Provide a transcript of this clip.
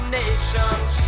nations